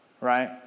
right